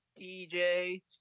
DJ